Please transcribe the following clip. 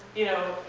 you know,